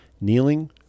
Kneeling